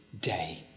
day